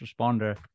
responder